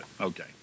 Okay